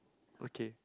okay